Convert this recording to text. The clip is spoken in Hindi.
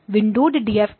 windowed DFT